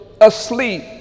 asleep